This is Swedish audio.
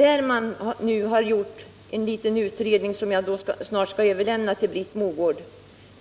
Av den utredning som gjorts och som jag snart skall överlämna till Britt Mogård